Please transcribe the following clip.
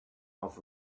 off